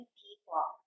people